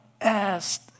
asked